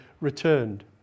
returned